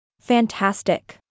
Fantastic